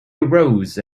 arose